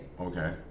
Okay